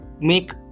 make